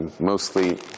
mostly